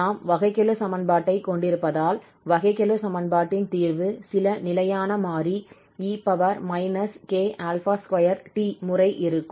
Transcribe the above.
நாம் வகைக்கெழு சமன்பாட்டைக் கொண்டிருப்பதால் வகைக்கெழு சமன்பாட்டின் தீர்வு சில நிலையான மாறி e k2t முறை இருக்கும்